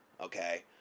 Okay